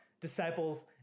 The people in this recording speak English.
disciples